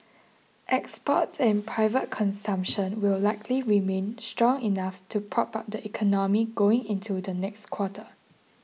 exports and private consumption will likely remain strong enough to prop up the economy going into the next quarter